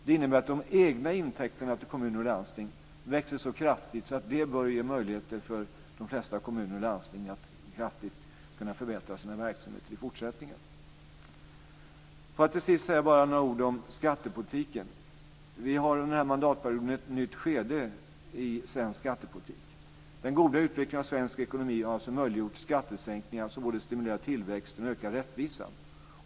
Det innebär att de egna intäkterna till kommuner och landsting växer så kraftigt att det bör ge möjligheter för de flesta kommuner och landsting att kraftigt kunna förbättra sina verksamheter i fortsättningen. Till sist vill jag bara säga några ord om skattepolitiken. Vi har under den här mandatperioden ett nytt skede i svensk skattepolitik. Den goda utvecklingen av svensk ekonomi har alltså möjliggjort skattesänkningar som både stimulerar tillväxt och en ökad rättvisa.